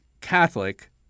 Catholic